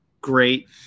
great